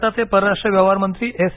भारताचे परराष्टू व्यवहार मंत्री एस